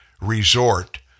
resort